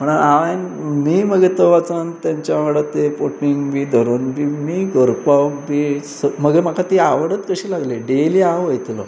म्हणून हांवें मी मगेर थंय वचून तांच्या वांगडा ते पोटींग बी धरून बी मीय गरोवपाक बी मगेर म्हाका ती आवडत कशी लागली डेली हांव वयतलों